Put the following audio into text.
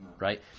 Right